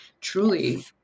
truly